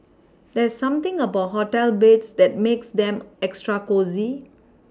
there's something about hotel beds that makes them extra cosy